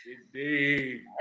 Indeed